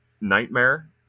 nightmare